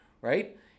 right